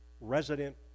resident